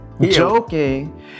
joking